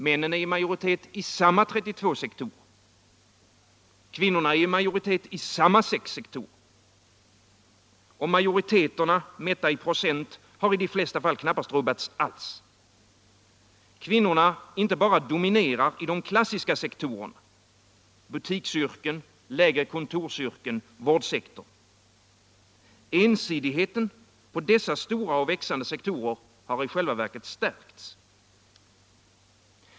Männen är i majoritet i samma 32 sektorer. Kvinnorna är i majoritet i samma 6 sektorer. Majoriteterna, mätta. i procent, har i de flesta fall knappast rubbats alls. Kvinnorna inte bara dominerar i de klassiska sektorerna — butiksyrken, lägre kontorsyrken, vårdsektorn — utan ensidigheten på dessa stora och växande sektorer har i själva verket stärkts.